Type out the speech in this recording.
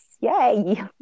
Yay